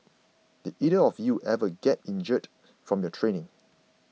did either of you ever get injured from your training